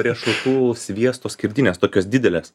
riešutų sviesto skirdinės tokios didelės